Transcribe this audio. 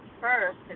first